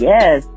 Yes